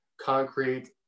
concrete